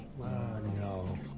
no